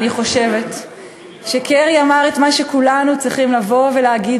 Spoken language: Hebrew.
אני חושבת שקרי אמר את מה שכולנו צריכים לבוא ולהגיד